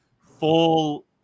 full